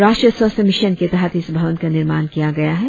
राष्ट्रीय स्वास्थ्य मिशन के तहत इस भवन का निर्माण किया गया है